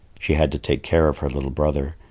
she had to take care of her little brother,